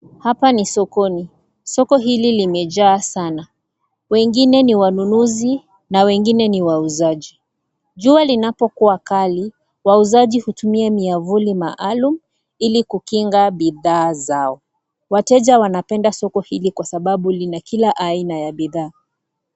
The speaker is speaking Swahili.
Hapa ni sokoni . Soko hili limejaa sana. Wengine ni wanunuzi na wengine ni wauzaji. Jua linapokuwa kali wauzaji hutumia miavuli maalum ili kukinga bidhaa zao . Wateja wanapenda soko hili kwa sababu lina kila aina ya bidhaa.